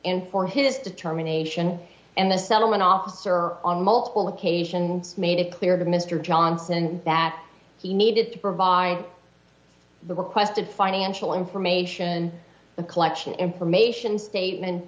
in for his determination and the settlement officer on multiple occasions made it clear to mister johnson that he needed to provide the requested financial information the collection information statement